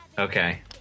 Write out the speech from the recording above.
Okay